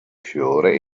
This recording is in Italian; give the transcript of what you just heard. fiore